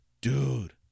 dude